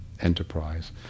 enterprise